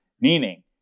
Meaning